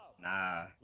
nah